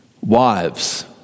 wives